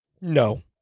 No